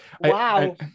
wow